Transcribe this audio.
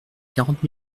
quarante